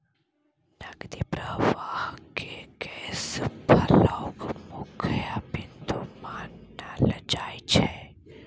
नकदी प्रवाहकेँ कैश फ्लोक मुख्य बिन्दु मानल जाइत छै